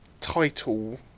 title